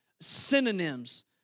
synonyms